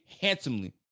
handsomely